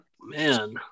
Man